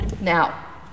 Now